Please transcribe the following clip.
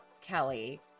Kelly